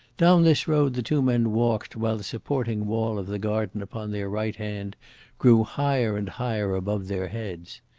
down this road the two men walked, while the supporting wall of the garden upon their right hand grew higher and higher above their heads.